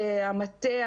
מהמטה,